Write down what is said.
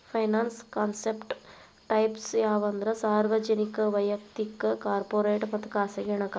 finance concept types ಯಾವಂದ್ರ ಸಾರ್ವಜನಿಕ ವಯಕ್ತಿಕ ಕಾರ್ಪೊರೇಟ್ ಮತ್ತ ಖಾಸಗಿ ಹಣಕಾಸು